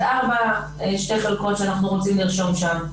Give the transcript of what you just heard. ארבע שתי חלקות שאנחנו רוצים לרשום שם.